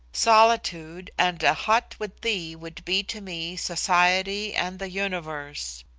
solitude and a hut with thee would be to me society and the universe.